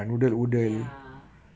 ya